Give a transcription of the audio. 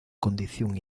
condición